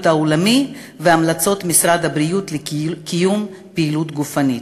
העולמי והמלצות משרד הבריאות לקיום פעילות גופנית.